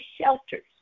shelters